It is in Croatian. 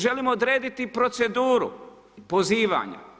Želimo odrediti proceduru pozivanja.